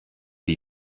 die